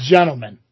Gentlemen